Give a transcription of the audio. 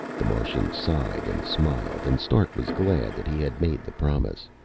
the martian sighed, and smiled, and stark was glad that he had made the promise.